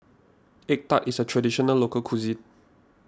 Egg Tart is a Traditional Local Cuisine